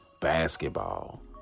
basketball